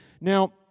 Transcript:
Now